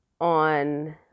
on